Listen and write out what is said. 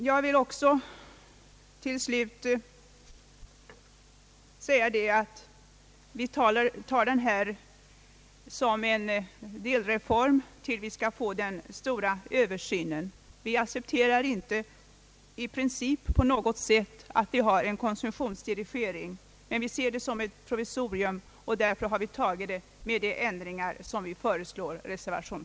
Slutligen vill jag säga att vi betraktar detta som en delreform i avvaktan på den stora översynen. Vi accepterar i princip inte på något sätt att vi har en konsumtionsdirigering, men vi ser det som ett provisorium, och därför har vi accepterat det med de ändringar som vi föreslår i vår reservation.